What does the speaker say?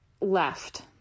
left